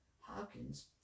Hopkins